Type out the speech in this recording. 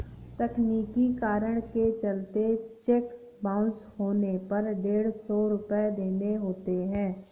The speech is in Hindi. तकनीकी कारण के चलते चेक बाउंस होने पर डेढ़ सौ रुपये देने होते हैं